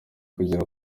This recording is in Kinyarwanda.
kugera